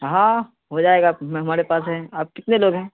ہاں ہو جائے گا ہمارے پاس ہیں آپ کتنے لوگ ہیں